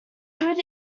good